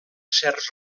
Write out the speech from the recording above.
certs